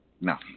No